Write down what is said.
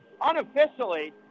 Unofficially